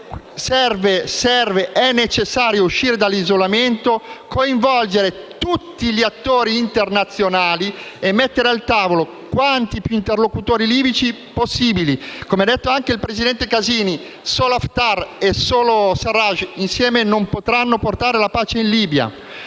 proposta, è necessario uscire dall'isolamento, coinvolgere tutti gli attori internazionali e mettere al tavolo quanti più interlocutori libici possibile. Come ha detto anche il presidente Casini, solo Haftar e solo Sarraj, insieme, non potranno portare la pace in Libia.